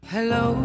Hello